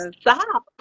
stop